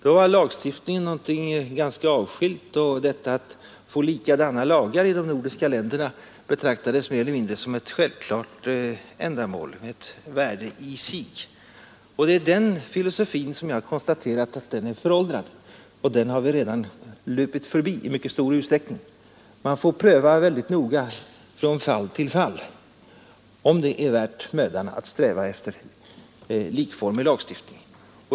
Då var lagstiftningen någonting ganska avskilt, och det betraktades mer eller mindre som ett självklart ändamål, ett värde i sig, att få likadana lagar i de nordiska länderna. Det är den filosofin som vi har konstaterat är föråldrad. Den har vi redan i mycket stor utsträckning lupit förbi. Man får mycket noga från fall till fall pröva om det är värt mödan att sträva efter likformig lagstiftning.